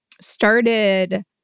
started